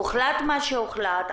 הוחלט מה שהוחלט.